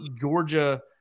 Georgia